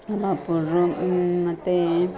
ಕಬಾಬ್ powder ಮತ್ತೆ